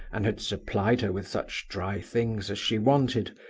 and had supplied her with such dry things as she wanted,